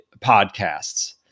podcasts